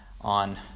on